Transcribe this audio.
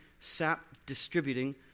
sap-distributing